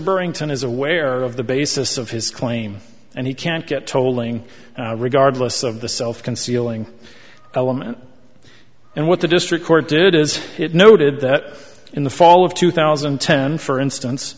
berrington is aware of the basis of his claim and he can't get tolling regardless of the self concealing element and what the district court did is it noted that in the fall of two thousand and ten for instance